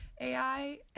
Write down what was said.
AI